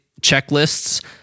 checklists